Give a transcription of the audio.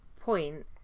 point